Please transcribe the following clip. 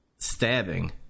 Stabbing